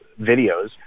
videos